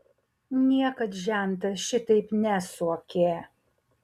niekad žentas šitaip nesuokė